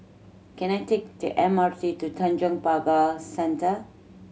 can I take the M R T to Tanjong Pagar Centre